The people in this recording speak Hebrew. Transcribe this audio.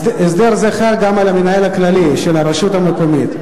הסדר זה חל גם על המנהל הכללי של הרשות המקומית.